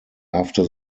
after